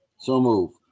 so move.